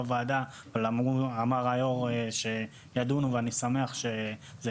אמר יושב-ראש הוועדה שידונו בכל הדברים ואני שמח על כך.